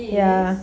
ya